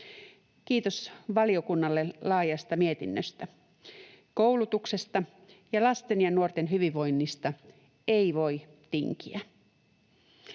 Kiitos valiokunnalle laajasta mietinnöstä. Koulutuksesta ja lasten ja nuorten hyvinvoinnista ei voi tinkiä.